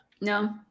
No